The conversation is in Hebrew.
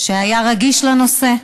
שהיה רגיש לנושא,